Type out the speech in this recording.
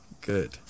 good